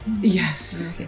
Yes